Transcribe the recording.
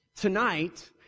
Tonight